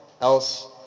else